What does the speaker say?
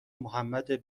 محمد